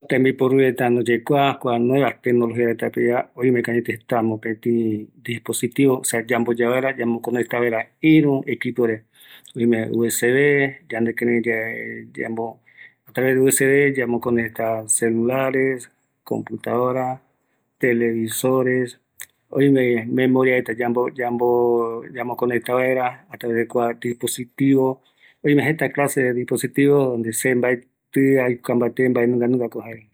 Oïmeko jeta kua dispositivo jeisuperetava, oime USB, impresora, telefono celures reta, escaner, camara fotografica, televosores, oimeko aipo jeta reta aikuaa jeereta